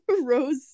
rose